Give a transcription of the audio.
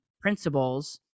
principles